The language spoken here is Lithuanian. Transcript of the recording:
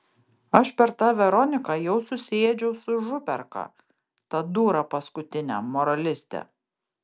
aš per tą veroniką jau susiėdžiau su župerka ta dūra paskutine moraliste